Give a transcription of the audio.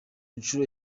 nshuro